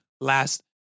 last